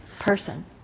person